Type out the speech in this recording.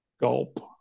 Gulp